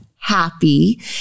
happy